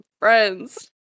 friends